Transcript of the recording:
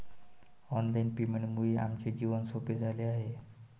online पेमेंटमुळे आमचे जीवन सोपे झाले आहे